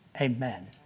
Amen